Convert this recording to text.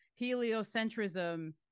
heliocentrism